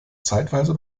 zeitweise